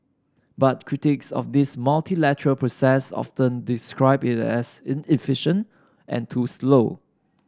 but critics of this multilateral process often describe it as inefficient and too slow